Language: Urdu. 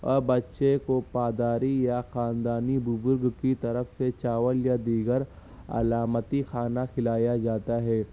اور بچے کو پاداری یا خاندانی بزرگ کی طرف سے چاول یا دیگر علامتی کھانا کھلایا جاتا ہے